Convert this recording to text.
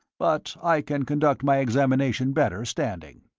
but i can conduct my examination better standing.